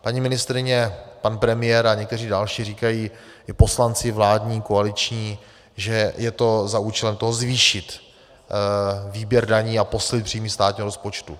Paní ministryně, pan premiér a někteří další říkají i poslanci vládní, koaliční , že je to za účelem zvýšení výběru daní a posílení příjmů státního rozpočtu.